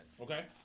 Okay